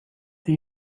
die